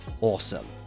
awesome